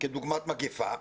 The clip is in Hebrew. כדוגמת מגפה,